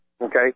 okay